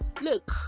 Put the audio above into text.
look